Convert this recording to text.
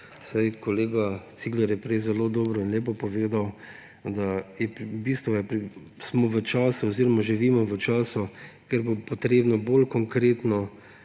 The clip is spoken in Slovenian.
Kolega Cigler je prej zelo dobro in lepo povedal, da je bistvo, da smo v času oziroma živimo v času, kjer bo potrebno bolj konkretno